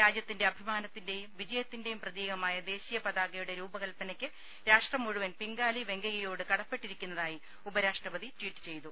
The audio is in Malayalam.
രാജ്യത്തിന്റെ അഭിമാനത്തിന്റെയും വിജയത്തിന്റെയും പ്രതീകമായ ദേശീയ പതാകയുടെ രൂപകല്പനയ്ക്ക് രാഷ്ട്രം മുഴുവൻ പിംഗാലി വെങ്കയ്യയോട് കടപ്പെട്ടിരിക്കുന്നതായി ഉപരാഷ്ട്രപതി ട്വീറ്റ് ചെയ്തു